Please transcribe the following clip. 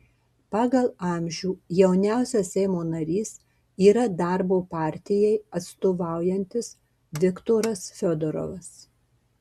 pagal amžių jauniausias seimo narys yra darbo partijai atstovaujantis viktoras fiodorovas